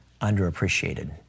underappreciated